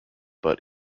but